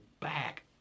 back